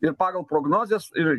ir pagal prognozes ir